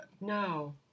No